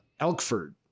Elkford